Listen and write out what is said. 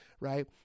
right